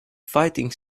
fighting